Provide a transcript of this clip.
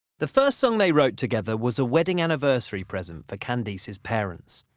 the first song they wrote together was a wedding anniversary present for candice's parents.